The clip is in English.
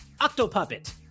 Octopuppet